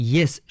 Yes